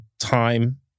time